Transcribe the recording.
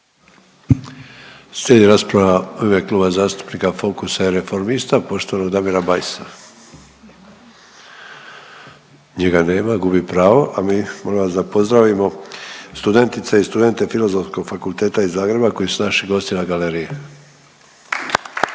Slijedi rasprava u ime Kluba zastupnika Fokusa i Reformista poštovanog Damira Bajsa, njega nema gubi pravo, a mi molim vas da pozdravimo studente i studentice Filozofskog fakulteta iz Zagreba koji su naši gosti na galeriji.